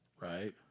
Right